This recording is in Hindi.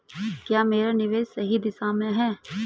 क्या मेरा निवेश सही दिशा में है?